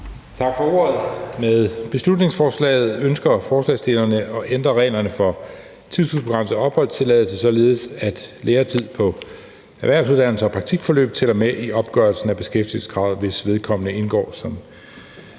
Tak for ordet. Med beslutningsforslaget ønsker forslagsstillerne at ændre reglerne for tidsubegrænset opholdstilladelse, således at læretid på erhvervsuddannelser og praktikforløb tæller med i opgørelsen af beskæftigelseskravet, hvis vedkommende indgår